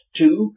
two